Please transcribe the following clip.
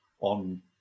on